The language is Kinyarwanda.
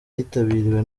yitabiriwe